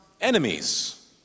enemies